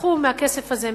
קחו מהכסף הזה,